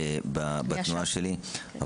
בתנועה שלי.